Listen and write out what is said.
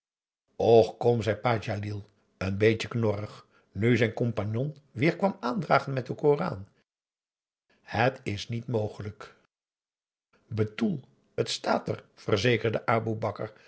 och kom zei pa djalil n beetje knorrig nu zijn compagnon weer kwam aandragen met den koran het is niet mogelijk betoel het staat er verzekerde aboe